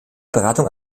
beratung